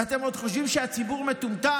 ואתם עוד חושבים שהציבור מטומטם.